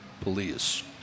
police